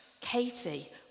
Katie